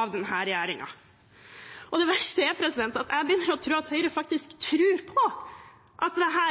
av denne regjeringen. Det verste er at jeg begynner å tro at Høyre faktisk tror på at dette